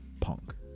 Punk